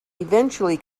eventually